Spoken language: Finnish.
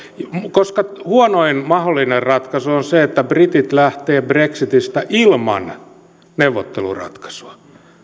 koska huonoin mahdollinen ratkaisu on se että britit lähtevät brexitissä ilman neuvotteluratkaisua